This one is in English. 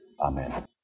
Amen